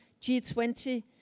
G20